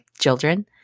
children